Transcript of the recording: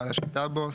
בעל השליטה בו,